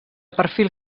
perfil